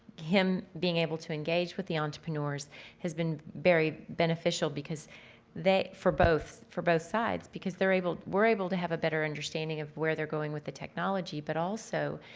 him being able to engage with the entrepreneurs has been very beneficial because that for both, for both sides because they're able, we're able to have a better understanding of where they're going with the technology. but also